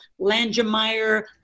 Langemeyer